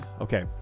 Okay